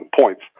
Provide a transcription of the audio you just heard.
points